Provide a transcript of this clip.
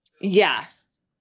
yes